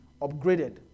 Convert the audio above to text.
upgraded